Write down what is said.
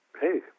hey